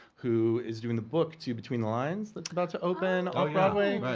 who is doing the book, two between the lines, that's about to open off-broadway.